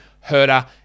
Herder